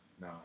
No